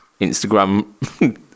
Instagram